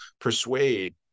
persuade